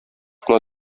кына